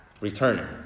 returning